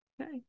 Okay